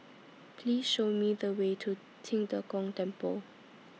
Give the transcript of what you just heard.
Please Show Me The Way to Qing De Gong Temple